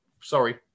Sorry